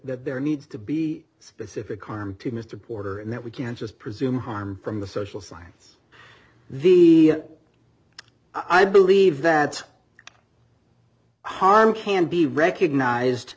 that there needs to be specific harm to mr porter and that we can't just presume harm from the social science the i believe that harm can be recognized